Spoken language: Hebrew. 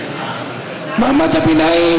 גברתי.